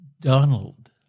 Donald